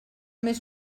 més